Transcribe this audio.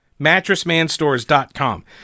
Mattressmanstores.com